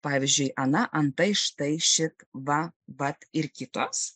pavyzdžiui ana antai štai šit va vat ir kitos